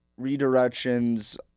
redirections